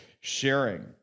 sharing